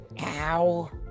Ow